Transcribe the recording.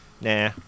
Nah